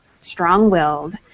strong-willed